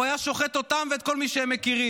הוא היה שוחט אותם ואת כל מי שהם מכירים,